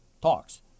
talks